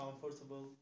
comfortable